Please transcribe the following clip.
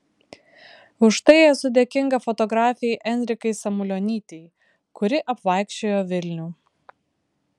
už tai esu dėkinga fotografei enrikai samulionytei kuri apvaikščiojo vilnių